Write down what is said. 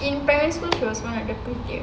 in primary school she was one of the prettiest